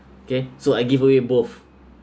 K so I give away both